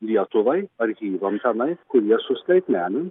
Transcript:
lietuvai archyvams tenais kurie suskaitmenins